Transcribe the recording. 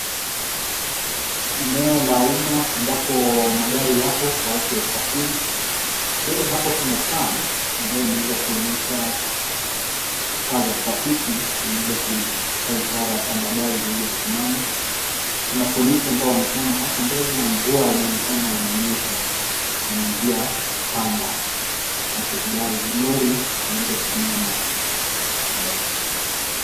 Eneo la umma ambapo magari yapo kwa ajili ya usafiri. Mbele hapo kuna taa ambayo imeweza kuonyesha taa za trafiki. Zimeweza kutoa ishara kwamba gari ziweze kusimama. Kuna polisi ambao wamesimama hapo mbele na mvua inaonekana inanyesha kwenye njia panda ambapo lori limeweza kusimama kwa mbele.